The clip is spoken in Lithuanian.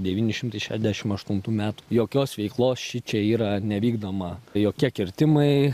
devyni šimtai šeldešim aštuntų metų jokios veiklos šičia yra nevykdoma jokie kirtimai